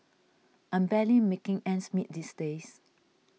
I'm barely making ends meet these days